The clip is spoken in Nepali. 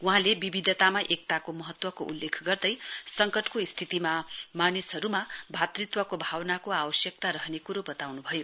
वहाँले विविधतामा एकताको महत्वको उल्लेख गर्दै संकटको स्थितिमा मानिसहरुमा भातृत्वको भावनाको आवश्यकता रहने कुरो वताउनुभयो